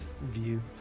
View